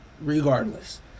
Regardless